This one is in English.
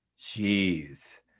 Jeez